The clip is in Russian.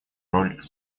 роль